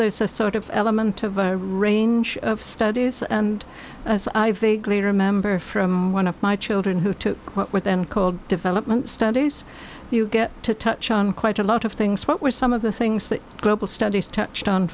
there's a sort of element of a range of studies and vaguely remember from one of my children who took what then called development studies you get to touch on quite a lot of things what were some of the things that global studies touched on